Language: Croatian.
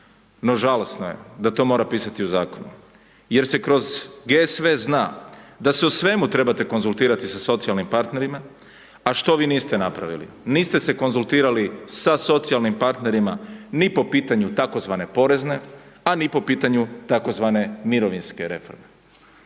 no žalosno je da to mora pisati u zakonu jer se kroz GSV sve zna, da se u svemu trebate konzultirati sa socijalnim partnerima, a što vi niste napravili, niste se konzultirali sa socijalnim partnerima ni po pitanju tzv. porezne, a ni po pitanju tzv. mirovinske reforme.